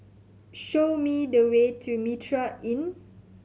show me the way to Mitraa Inn